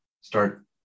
start